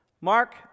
Mark